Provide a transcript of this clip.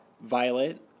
Violet